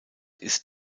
ist